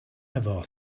efo